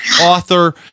author